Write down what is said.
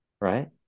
right